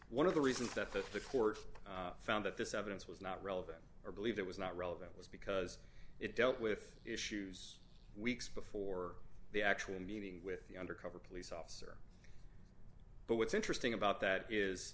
one of the reasons that the court found that this evidence was not relevant or believed it was not relevant was because it dealt with issues weeks before the actual meeting with the undercover police officer but what's interesting about that is